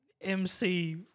MC